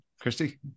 Christy